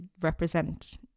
represent